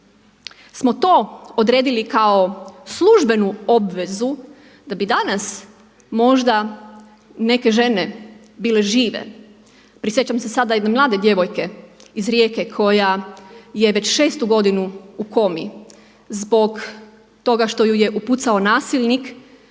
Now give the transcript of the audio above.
smo to odredili kao službenu obvezu da bi danas možda neke žene bile žive. Prisjećam se sad jedne mlade djevojke iz Rijeke koja je već šestu godinu u komi zbog toga što ju je upucao nasilnik